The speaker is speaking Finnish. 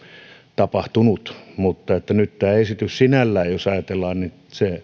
tapahtunut mutta nyt tämä esitys sinällään jos ajatellaan tätä